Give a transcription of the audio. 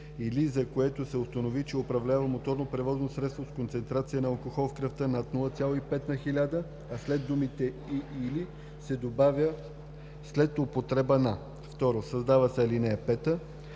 „или за което се установи, че управлява моторно превозно средство с концентрация на алкохол в кръвта над 0,5 на хиляда”, а след думите „и/или” се добавя „след употреба на”. 2. Създава се ал. 5: